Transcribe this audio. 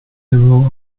liberal